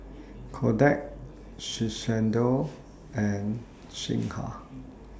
Kodak Shiseido and Singha